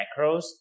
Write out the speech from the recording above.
macros